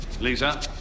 Lisa